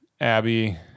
Abby